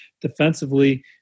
defensively